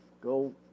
Go